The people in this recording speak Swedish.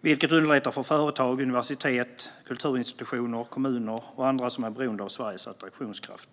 vilket underlättar för företag, universitet, kulturinstitutioner, kommuner och andra som är beroende av Sveriges attraktionskraft.